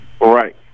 Right